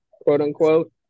quote-unquote